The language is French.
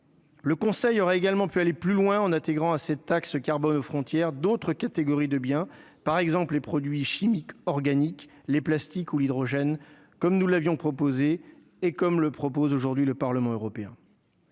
Le Conseil aurait également pu aller plus loin en intégrant à cette taxe carbone aux frontières d'autres catégories de biens par exemple les produits chimiques organiques, les plastiques ou l'hydrogène comme nous l'avions proposé et, comme le propose aujourd'hui le Parlement européen,